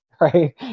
right